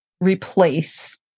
replace